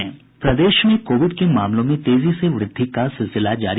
प्रदेश में कोविड के मामलों में तेजी से वृद्धि का सिलसिला जारी